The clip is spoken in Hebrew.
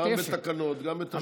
גם בתקנות, גם בתשתיות.